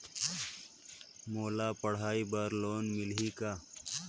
मोला पढ़ाई बर लोन मिलही का?